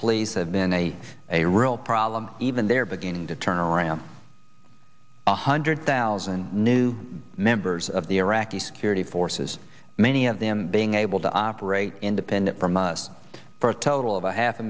police have been a a real problem even they're beginning to turn around one hundred thousand new members of the iraqi security forces many of them being able to operate independent from us for a total of a half a